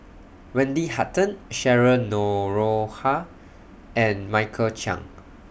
Wendy Hutton Cheryl Noronha and Michael Chiang